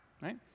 right